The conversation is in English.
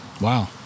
Wow